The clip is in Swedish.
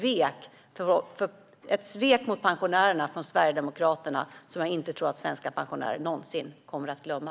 Detta var ett svek mot pensionärerna från Sverigedemokraterna som jag inte tror att svenska pensionärer någonsin kommer att glömma.